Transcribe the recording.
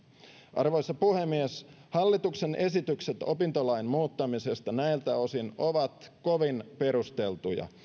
arvoisa puhemies hallituksen esitykset opintotukilain muuttamisesta näiltä osin ovat kovin perusteltuja